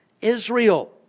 Israel